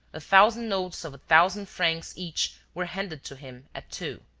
a thousand notes of a thousand francs each were handed to him at two.